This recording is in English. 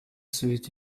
suit